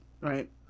right